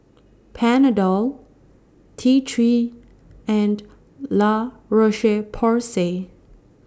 Panadol T three and La Roche Porsay